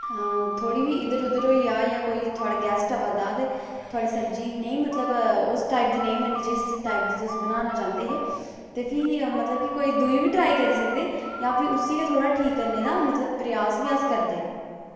थोह्ड़ी बी इद्धर उद्धर होई जा थुआढ़ै कोई गैस्ट अवा दा ते थोह्ड़ी सब्जी नेईं मतलब उस टाईप दी नेईं बनी जिस टाईप दी तुस बनाना चाह्ंदे हे ते फ्ही मतलव कि दूई बी ट्रॉई करी सकदे जां फ्ही उसी गै ठीक करने दा प्रयास बी अस करदे